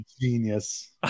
genius